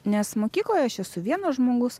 nes mokykloje aš esu vienas žmogus